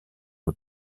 aux